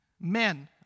Men